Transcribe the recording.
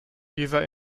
dieser